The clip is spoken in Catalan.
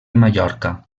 mallorca